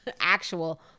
Actual